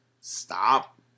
stop